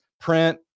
Print